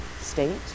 state